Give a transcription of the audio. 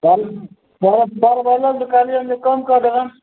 कहलिअनि जे कम कऽ देबनि